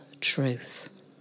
truth